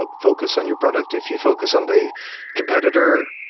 but focus on your product. if you focus on the competitor,